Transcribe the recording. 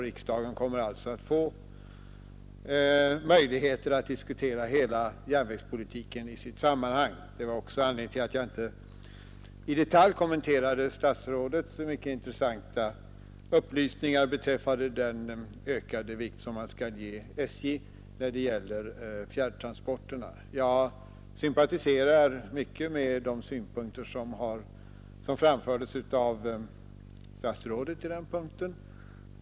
Riksdagen kommer således att få möjligheter att diskutera hela järnvägspolitiken i sitt sammanhang. Detta var också anledningen till att jag inte i detalj kommenterade statsrådets mycket intressanta upplysningar beträffande de större uppgifter man skall ge SJ ”"” när det gäller fjärrtransporterna. Jag sympatiserar mycket med de synpunkter som framfördes av statsrådet härvidlag.